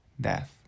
death